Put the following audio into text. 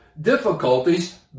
difficulties